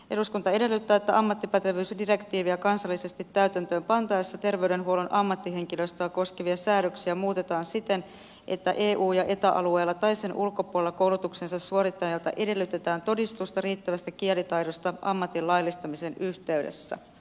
eduskunta edellyttää että ammattipätevyysdirektiiviä kansallisesti täytäntöön pantaessa terveydenhuollon ammattihenkilöstöä koskevia säädöksiä muutetaan siten että eta alueella tai sen ulkopuolella koulutuksensa suorittaneilta edellytetään todistusta riittävästä kielitaidosta ammatin laillistamisen yhteydessä